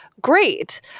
great